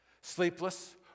Sleepless